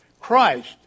Christ